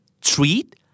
treat